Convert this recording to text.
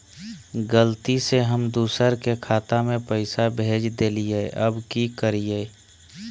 गलती से हम दुसर के खाता में पैसा भेज देलियेई, अब की करियई?